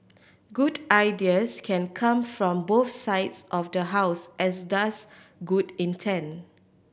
good ideas can come from both sides of the House as does good intent